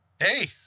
Hey